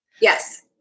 Yes